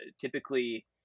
typically